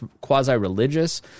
quasi-religious